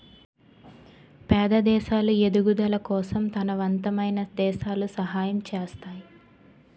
పేద దేశాలు ఎదుగుదల కోసం తనవంతమైన దేశాలు సహాయం చేస్తాయి